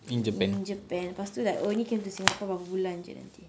in japan lepas tu like only came in singapore berapa bulan jer nanti